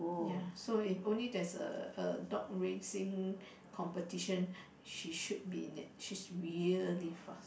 yeah so if only that's a a dog racing competition she should be in it she should be really fast